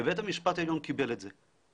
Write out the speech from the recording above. ובית המשפט העליון קיבל את זה.